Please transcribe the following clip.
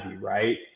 right